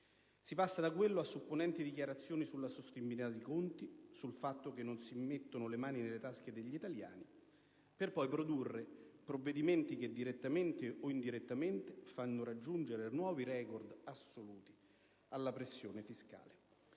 spendere di più, a supponenti dichiarazioni sulla sostenibilità dei conti, sul fatto che non si mettono le mani nelle tasche degli italiani, per poi produrre provvedimenti che direttamente o indirettamente fanno raggiungere nuovi record assoluti alla pressione fiscale.